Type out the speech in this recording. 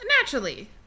Naturally